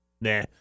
Nah